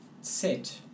set